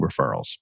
referrals